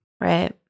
Right